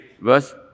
verse